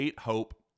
Hope